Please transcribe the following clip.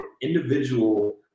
individual